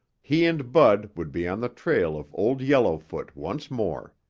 he and bud would be on the trail of old yellowfoot once more.